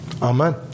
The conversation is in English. Amen